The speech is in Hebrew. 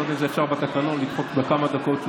אני לא יודע אם אפשר בתקנון לדחות בכמה דקות,